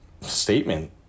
statement